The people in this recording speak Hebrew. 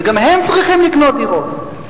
וגם הם צריכים לקנות דירות.